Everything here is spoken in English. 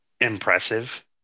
impressive